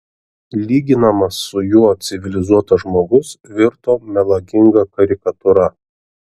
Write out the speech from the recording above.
lyginamas su juo civilizuotas žmogus virto melaginga karikatūra